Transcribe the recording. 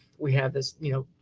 we have this, you know,